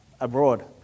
abroad